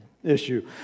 Issue